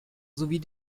sowie